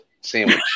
sandwich